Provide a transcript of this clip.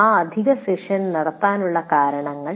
ആ അധിക സെഷൻ നടത്താനുള്ള കാരണങ്ങൾ